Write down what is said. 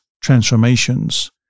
transformations